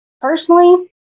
Personally